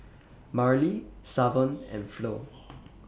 Marilee Savon and Flo